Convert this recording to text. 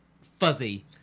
fuzzy